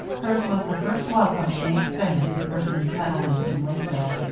hers was the first welcome to be extended to persons settling in lakeville,